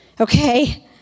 Okay